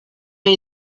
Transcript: این